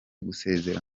gusezera